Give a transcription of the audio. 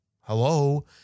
hello